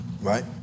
right